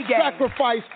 sacrifice